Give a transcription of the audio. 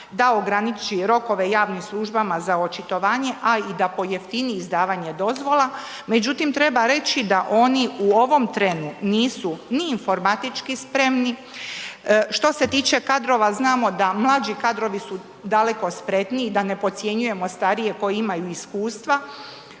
da ograniči rokove javnim službama za očitovanje, a i da pojeftini izdavanje dozvola, međutim treba reći da oni u ovom trenu nisu ni informatički spremni. Što se tiče kadrova, znamo da mlađi kadrovi su daleko spretniji da ne podcjenjujemo starije koji imaju iskustva,